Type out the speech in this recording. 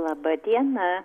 laba diena